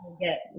get